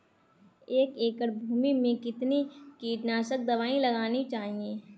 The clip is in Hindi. एक एकड़ भूमि में कितनी कीटनाशक दबाई लगानी चाहिए?